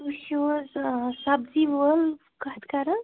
تُہۍ چھُو حظ سبزی وول کَتھ کَران